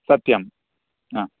सत्यम् आ